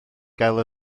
gael